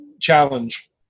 challenge